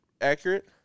accurate